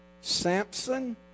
Samson